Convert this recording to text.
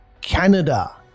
Canada